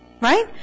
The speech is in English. right